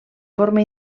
forma